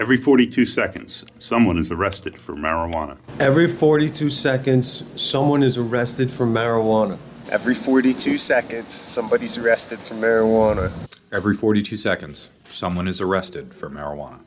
every forty two seconds someone is arrested for marijuana every forty two seconds someone is arrested for marijuana every forty two seconds somebody suggested for marijuana every forty two seconds someone is arrested for marijuana